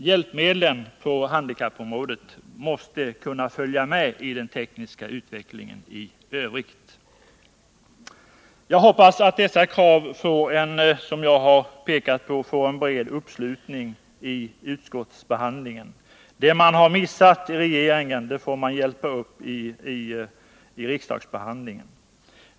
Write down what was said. Hjälpmedlen på handikappområdet måste kunna följa med i den tekniska utvecklingen i övrigt. Jag hoppas att de krav jag har pekat på får en bred uppslutning i utskotten. Det man har missat i regeringen får man hjälpa upp i riksdagsbehandlingen.